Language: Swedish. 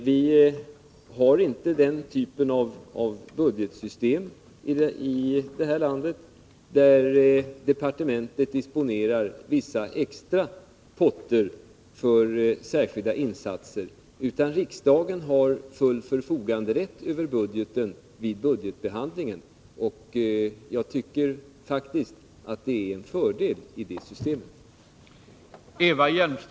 Vi har inte i det här landet den typ av budgetsystem som innebär att departementet disponerar vissa extra potter för särskilda insatser, utan riksdagen har full förfoganderätt över budgeten vid budgetbehandlingen. Jag tycker faktiskt att det är en fördel att ha det systemet.